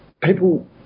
people